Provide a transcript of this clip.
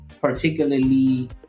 particularly